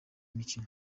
imikino